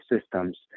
systems